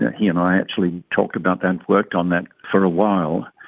he and i actually talked about that, worked on that for a while.